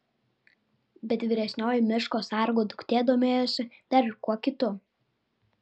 bet vyresnioji miško sargo duktė domėjosi dar ir kuo kitu